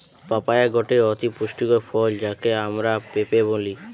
papaya গটে অতি পুষ্টিকর ফল যাকে আমরা পেঁপে বলি